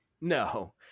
No